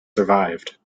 survived